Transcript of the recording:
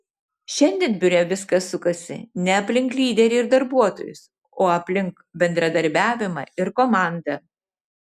šiandien biure viskas sukasi ne aplink lyderį ir darbuotojus o aplink bendradarbiavimą ir komandą